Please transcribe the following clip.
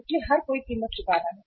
इसलिए हर कोई कीमत चुका रहा है